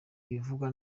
ibivugwa